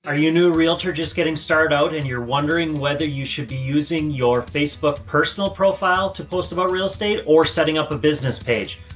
are you a new realtor just getting started out and you're wondering whether you should be using your facebook personal profile to post about real estate or setting up a business page.